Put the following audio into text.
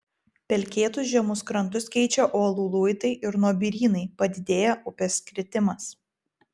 pelkėtus žemus krantus keičia uolų luitai ir nuobirynai padidėja upės kritimas